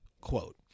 quote